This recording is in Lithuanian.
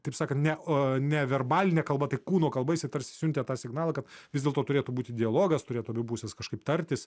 taip sakant ne ne verbaline kalba tai kūno kalba jis tarsi siuntė tą signalą kad vis dėlto turėtų būti dialogas turėtų abi pusės kažkaip tartis